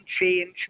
change